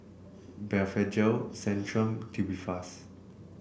Blephagel Centrum and Tubifast